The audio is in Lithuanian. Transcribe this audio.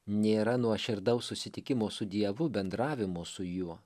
nėra nuoširdaus susitikimo su dievu bendravimo su juo